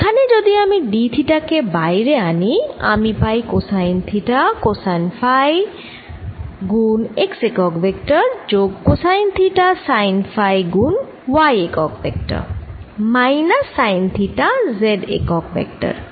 এখানে যদি আমি d থিটা কে বাইরে আনি আমি পাই কোসাইন থিটা কোসাইন ফাই গুণ x একক ভেক্টর যোগ কোসাইন থিটা সাইন ফাই গুণ y একক vector minus sine theta z একক ভেক্টর